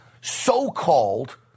so-called